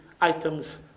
items